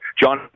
John